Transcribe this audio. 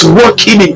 working